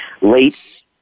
late